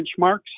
benchmarks